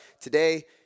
today